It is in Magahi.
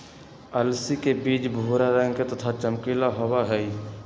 अलसी के बीज भूरा रंग के तथा चमकीला होबा हई